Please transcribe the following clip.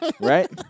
Right